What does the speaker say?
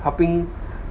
helping